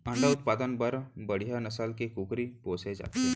अंडा उत्पादन बर बड़िहा नसल के कुकरी पोसे जाथे